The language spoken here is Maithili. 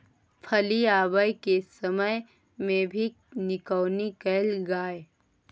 फली आबय के समय मे भी निकौनी कैल गाय?